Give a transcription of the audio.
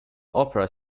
opera